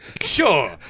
Sure